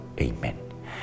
Amen